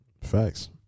Facts